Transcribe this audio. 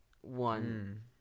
one